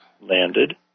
landed